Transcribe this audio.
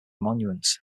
monuments